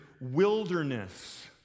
wilderness